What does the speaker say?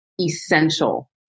essential